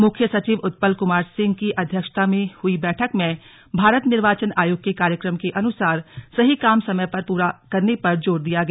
मुख्य सचिव उत्पल कुमार सिंह की अध्यक्षता में हुई बैठक में भारत निर्वाचन आयोग के कार्यक्रम के अनुसार सभी काम समय पर पूरा करने पर जोर दिया गया